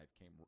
came